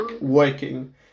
working